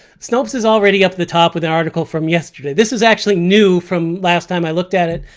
snopes is already up the top with an article from yesterday. this is actually new from last time i looked at it,